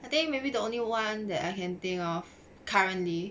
I think maybe the only one that I can think of currently